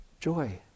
joy